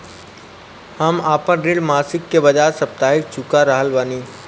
हम आपन ऋण मासिक के बजाय साप्ताहिक चुका रहल बानी